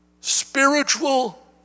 Spiritual